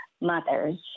mothers